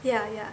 yeah yeah